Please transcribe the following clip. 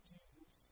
Jesus